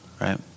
right